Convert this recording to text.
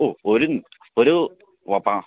ഓ ഒരു ഒരു വ പാ